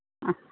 ആ